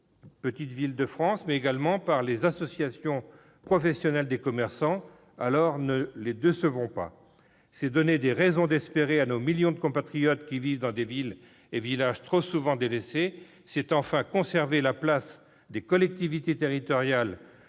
petites villes de France -, mais également par les associations professionnelles de commerçants. Ne les décevons pas ! Donnons des raisons d'espérer à nos millions de compatriotes qui vivent dans des villes et villages trop souvent délaissés et conservons la place des collectivités territoriales,